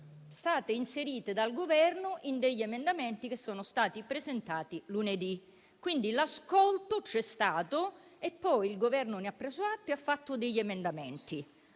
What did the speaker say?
state inserite dal Governo negli emendamenti che sono stati presentati lunedì, quindi l'ascolto c'è stato e poi il Governo ha preso atto delle proposte avanzate